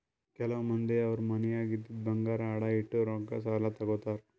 ಕೆಲವ್ ಮಂದಿ ಅವ್ರ್ ಮನ್ಯಾಗ್ ಇದ್ದಿದ್ ಬಂಗಾರ್ ಅಡ ಇಟ್ಟು ರೊಕ್ಕಾ ಸಾಲ ತಗೋತಾರ್